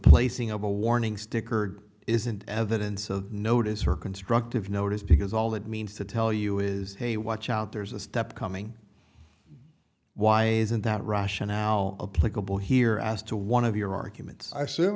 placing of a warning sticker isn't evidence of notice or constructive notice because all that means to tell you is hey watch out there's a step coming why isn't that russia now a playable here as to one of your arguments i assume